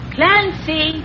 Clancy